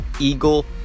eagle